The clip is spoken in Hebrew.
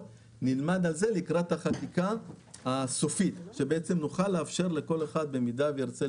לקראת החקיקה הסופית כדי שנוכל לאפשר לכל אחד אם ירצה,